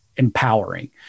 empowering